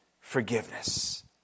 forgiveness